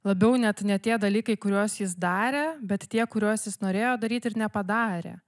labiau net ne tie dalykai kuriuos jis darė bet tie kuriuos jis norėjo daryti ir nepadarė